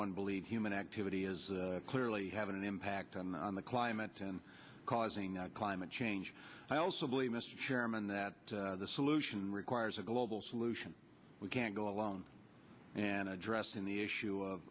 one believe human activity is clearly having an impact on the climate and causing climate change i also believe mr chairman that the solution requires a global solution we can't go alone and addressing the issue of